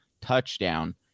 touchdown